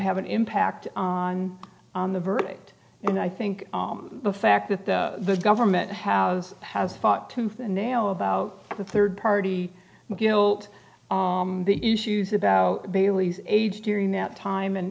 have an impact on the verdict and i think the fact that the government has has fought tooth and nail about the third party guilt the issues about bailey's age during that time and